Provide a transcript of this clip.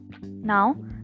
Now